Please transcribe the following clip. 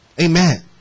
Amen